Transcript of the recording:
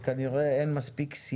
אני אומר לכם שכנראה אין מספיק סינרגיה